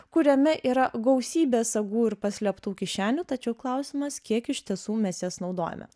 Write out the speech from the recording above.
kuriame yra gausybė sagų ir paslėptų kišenių tačiau klausimas kiek iš tiesų mes jas naudojame